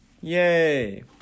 yay